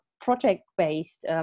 project-based